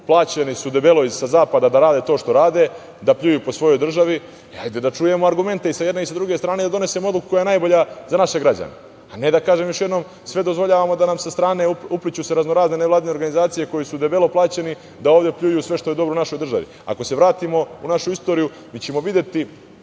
plaćeni su debelo sa zapada da rade to što rade, da pljuju po svojoj državi. Dajte da čujemo argumente i sa jedne i sa druge strane i da donesemo odluku koja je najbolja za naše građane. Ne treba da dozvoljavamo da nam se sa raznih strana upliću raznorazne nevladine organizacije koje su debelo plaćene da pljuju sve što je dobro u našoj državi. Ako se vratimo u našu istoriju, mi ćemo videti